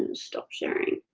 and stop sharing.